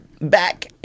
back